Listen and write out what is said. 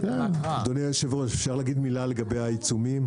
אדוני היושב ראש, אפשר להגיד מילה לגבי העיצומים?